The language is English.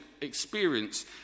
experience